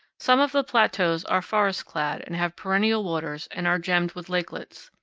some of the plateaus are forest-clad and have perennial waters and are gemmed with lakelets.